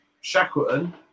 Shackleton